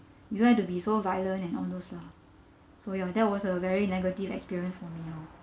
you don't have to be so violent and all those lah so ya that was a very negative experience for me lor